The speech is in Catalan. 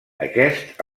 aquests